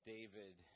David